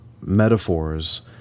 metaphors